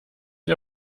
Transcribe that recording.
ihr